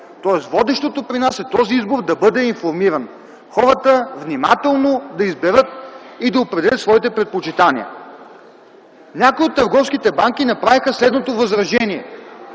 тоест водещото при нас е този избор да бъде информиран – хората внимателно да изберат и да определят своите предпочитания. Някои от търговските банки направиха следното възражение,